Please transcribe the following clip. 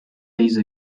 these